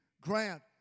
Grant